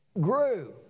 grew